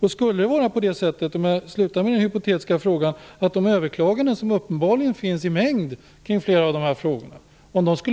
Jag vill sluta med en hypotetisk fråga: Skulle de överklaganden som uppenbarligen finns i mängd kring flera av de här frågorna